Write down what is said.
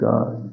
God